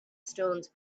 stones